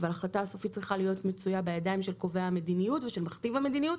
אבל ההחלטה הסופית צריכה להיות מצויה בידיים של קובע ומכתיב המדיניות,